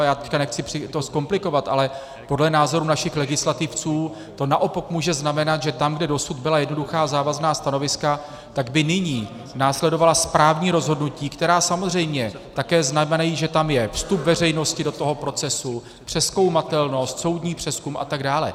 Já to teď nechci zkomplikovat, ale podle názoru našich legislativců to naopak může znamenat, že tam, kde dosud byla jednoduchá závazná stanoviska, by nyní následovala správní rozhodnutí, která samozřejmě také znamenají, že tam je vstup veřejnosti do toho procesu, přezkoumatelnost, soudní přezkum a tak dále.